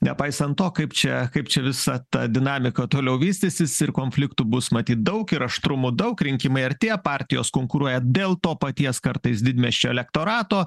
nepaisant to kaip čia kaip čia visa ta dinamika toliau vystysis ir konfliktų bus matyt daug ir aštrumų daug rinkimai artėja partijos konkuruoja dėl to paties kartais didmiesčio elektorato